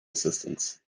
assistance